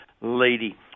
lady